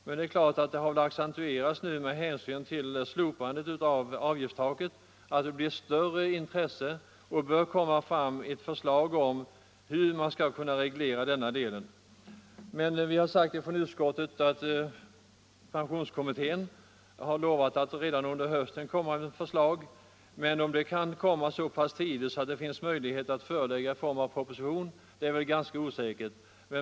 Men det är klart att denna fråga har accentuerats med hänsyn till slopandet av avgiftstaket, och det blir större intresse för ett förslag om hur man skall reglera denna del. Pensionskommittén har lovat att lägga fram förslag redan under hösten, men om det kan komma så pass tidigt att det finns möjlighet att då presentera det i form av proposition är väl ganska osäkert.